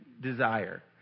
desire